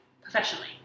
professionally